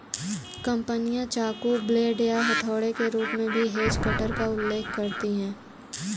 कंपनियां चाकू, ब्लेड या हथौड़े के रूप में भी हेज कटर का उल्लेख करती हैं